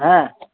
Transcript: হ্যাঁ